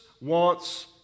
wants